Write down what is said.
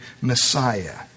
Messiah